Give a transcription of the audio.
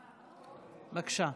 בבקשה.